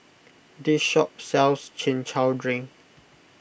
this shop sells Chin Chow Drink